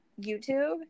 YouTube